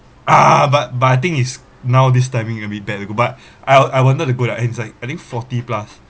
ah but but I think is now this timing a bit bad but I I wanted to go like entice I think forty plus